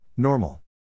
Normal